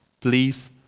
please